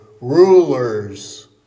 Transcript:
rulers